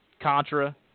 Contra